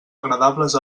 agradables